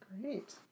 great